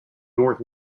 north